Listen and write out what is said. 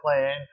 playing